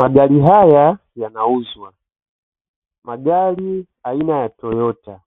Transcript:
Magari haya yanauzwa, magari aina ya Toyota